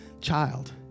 child